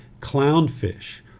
clownfish